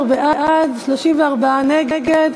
13 בעד, 34 נגד.